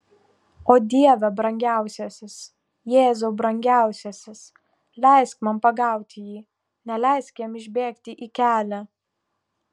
o dieve brangiausiasis jėzau brangiausiasis leisk man pagauti jį neleisk jam išbėgti į kelią